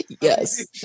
Yes